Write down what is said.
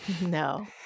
No